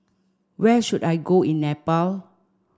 where should I go in Nepal